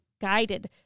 guided